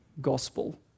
gospel